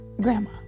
grandma